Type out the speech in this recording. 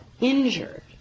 injured